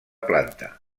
planta